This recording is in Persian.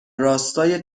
راستای